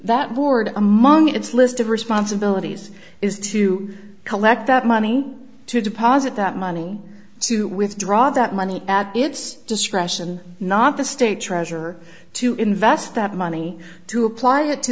that board among its list of responsibilities is to collect that money to deposit that money to withdraw that money at its discretion not the state treasurer to invest that money to apply it to